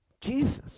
Jesus